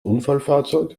unfallfahrzeug